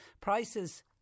Prices